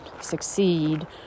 succeed